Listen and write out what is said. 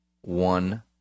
one